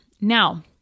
Now